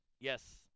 Yes